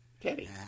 Teddy